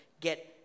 get